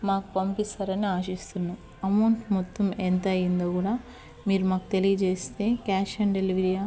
మాకు పంపిస్తారని ఆశిస్తున్నా అమౌంట్ మొత్తం ఎంత అయిందో కూడా మీరు మాకు తెలియజేస్తే క్యాష్ ఆన్ డెలివరీయా